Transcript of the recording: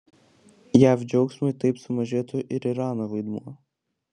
jav džiaugsmui taip sumažėtų ir irano vaidmuo